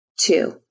two